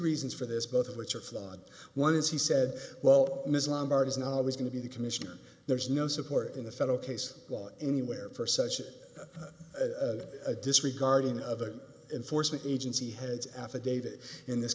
reasons for this both of which are flawed one is he said well ms lombard is not always going to be the commissioner there's no support in the federal case law anywhere for such it disregarding other enforcement agency heads affidavit in this